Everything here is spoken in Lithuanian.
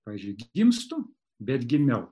pavyzdžiui gimstu bet gimiau